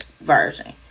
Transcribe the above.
version